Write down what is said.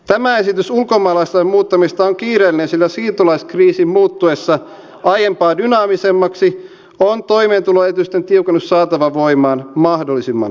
tämä esitys ulkomaalaislain muuttamisesta on kiireellinen sillä siirtolaiskriisin muuttuessa aiempaa dynaamisemmaksi on toimeentuloesitysten tiukennus saatava voimaan mahdollisimman pikaisesti